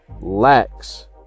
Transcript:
lacks